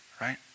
right